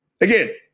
Again